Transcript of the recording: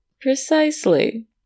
Precisely